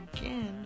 again